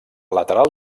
lateral